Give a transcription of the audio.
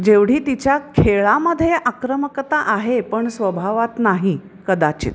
जेवढी तिच्या खेळामध्ये आक्रमकता आहे पण स्वभावात नाही कदाचित